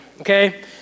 Okay